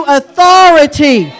authority